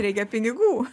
reikia pinigų